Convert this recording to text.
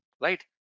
right